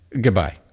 Goodbye